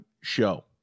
show